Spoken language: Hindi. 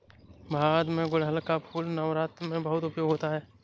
भारत में गुड़हल का फूल नवरात्र में बहुत उपयोग होता है